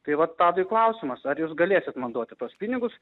tai vat tadui klausimas ar jūs galėsit man duoti tuos pinigus